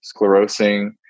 sclerosing